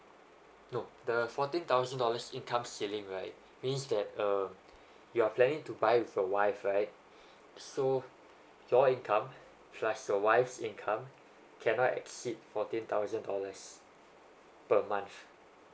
nope the fourteen thousand dollars income ceilings right means that uh you are planning to buy with your wife right so your income plus your wife's income cannot exceed fourteen thousand dollars per month